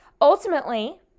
ultimately